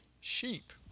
sheep